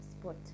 spot